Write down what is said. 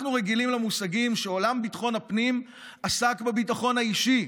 אנחנו רגילים לכך שעולם ביטחון הפנים עסק בביטחון האישי,